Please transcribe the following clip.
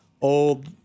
old